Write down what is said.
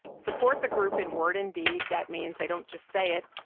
support the group in word and deed, that means they don't just say it,